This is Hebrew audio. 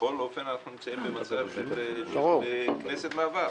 בכל אופן אנחנו נמצאים במצב של כנסת מעבר.